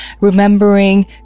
remembering